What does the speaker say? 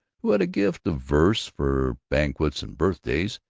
who had a gift of verse for banquets and birthdays,